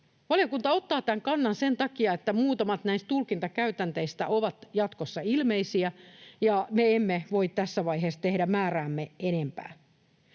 Valiokunta ottaa tämän kannan sen takia, että muutamat näistä tulkintakäytänteistä ovat jatkossa ilmeisiä ja me emme voi tässä vaiheessa tehdä määräämme enempää.